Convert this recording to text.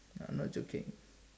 I'm not joking